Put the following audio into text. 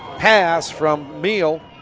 pass from meehl.